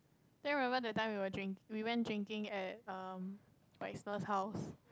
then remember that time we were drink we went drinking at um house